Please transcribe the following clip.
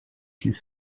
his